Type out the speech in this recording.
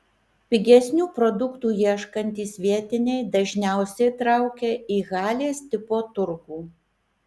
pigesnių produktų ieškantys vietiniai dažniausiai traukia į halės tipo turgų